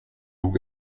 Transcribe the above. loups